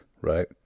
right